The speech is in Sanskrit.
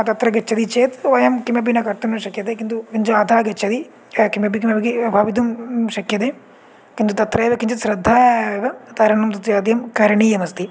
तत्र गच्छति चेत् वयं किमपि न कर्तुं न शक्यते किन्तु किञ्च अधः गच्छति किमपि किमपि भवितुं शक्यते किन्तु तत्रैव किञ्चित् श्रद्धा एव तरणं तस्य इत्यादिकं करणीयमस्ति